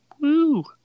Woo